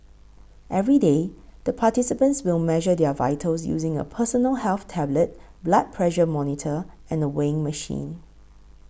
every day the participants will measure their vitals using a personal health tablet blood pressure monitor and a weighing machine